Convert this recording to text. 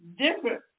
different